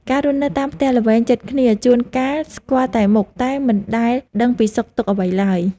ការរស់នៅតាមផ្ទះល្វែងជិតគ្នាជួនកាលស្គាល់តែមុខតែមិនដែលដឹងពីសុខទុក្ខអ្វីឡើយ។